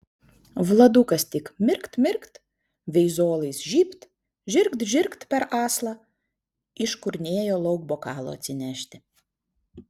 vladukas tik mirkt mirkt veizolais žybt žirgt žirgt per aslą iškurnėjo lauk bokalo atsinešti